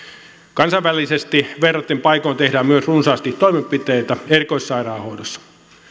kansainvälisesti verraten paikoin tehdään myös runsaasti toimenpiteitä erikoissairaanhoidossa